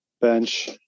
bench